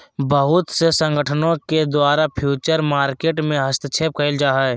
बहुत से संगठनों के द्वारा फ्यूचर मार्केट में हस्तक्षेप क़इल जा हइ